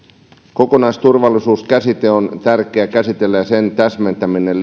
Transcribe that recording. kokonaisturvallisuuskäsite on tärkeä käsitellä ja sen täsmentäminen